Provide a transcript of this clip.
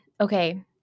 okay